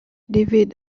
defeat